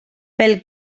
pel